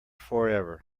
forever